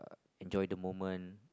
enjoy the moment